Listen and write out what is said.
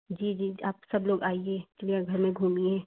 जी जी आप सब लोग आइए चिड़ियाघर में घूमिए